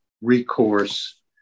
recourse